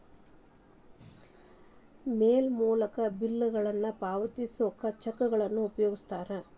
ಮೇಲ್ ಮೂಲಕ ಬಿಲ್ಗಳನ್ನ ಪಾವತಿಸೋಕ ಚೆಕ್ಗಳನ್ನ ಉಪಯೋಗಿಸ್ತಾರ